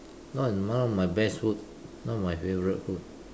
not one of my best food not my favourite food